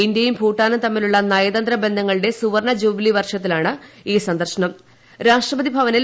ഇന്ത്യയും ഭൂട്ടാനും തമ്മിലുള്ള നയതന്ത്ര ബന്ധങ്ങളുടെ സുവർണ്ണ ജൂബിലി വർഷത്തിലാണ് ഈ സന്ദർശനം